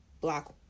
black